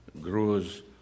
grows